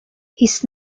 his